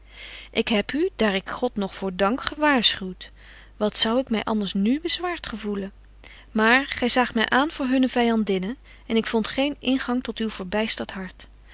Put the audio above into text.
ik heb u daar ik god nog voor dank gewaarschuwt wat zou ik my anders nu bezwaart gevoelen maar gy zaagt my aan voor hunne vyandinne en ik vond geen ingang tot uw verbystert hart